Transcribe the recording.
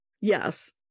yes